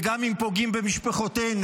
וגם אם פוגעים במשפחותינו,